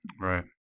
Right